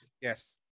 Yes